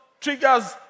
triggers